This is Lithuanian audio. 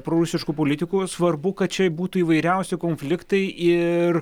prorusiškų politikų svarbu kad čia būtų įvairiausi konfliktai ir